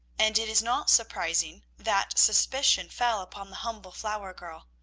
and it is not surprising that suspicion fell upon the humble flower-girl.